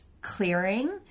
clearing